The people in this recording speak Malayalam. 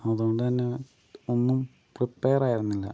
അതുകൊണ്ടുതന്നെ ഒന്നും പ്രിപ്പെയറായിരുന്നില്ല